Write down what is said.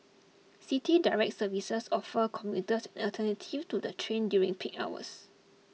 City Direct services offer commuters an alternative to the train during peak hours